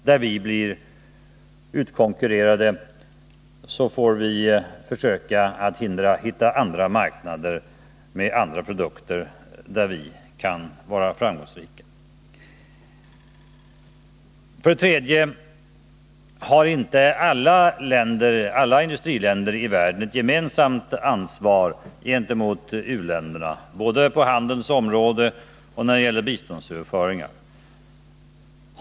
Där vi blir utkonkurrerade får vi försöka hitta andra marknader med andra produkter, marknader där vi kan vara framgångsrika. Vidare: Har inte alla i-länder i världen ett gemensamt ansvar gentemot u-länderna, både på handelns område och när det gäller biståndsöverföringar?